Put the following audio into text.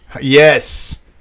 Yes